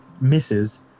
misses